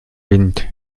wind